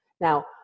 now